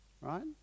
right